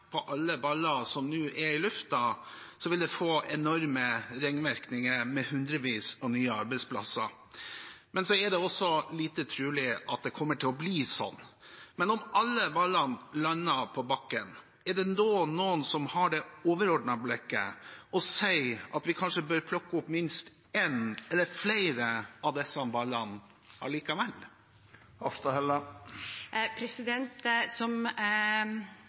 få enorme ringvirkninger, med hundrevis av nye arbeidsplasser, men det er lite trolig at det kommer til å bli slik. Men om alle ballene lander på bakken, er det da noen som har det overordnede blikket og sier at vi kanskje bør plukke opp minst en eller av flere av disse ballene allikevel? Som jeg nettopp redegjorde for, er det mange departementer som